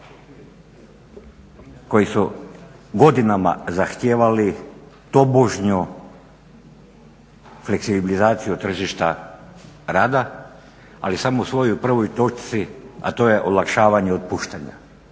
koji su godinama zahtijevali tobožnju fleksibilizaciju tržišta rada ali samo u svojoj prvoj točci a to je olakšavanje otpuštanja.